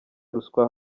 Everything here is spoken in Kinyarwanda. ruswa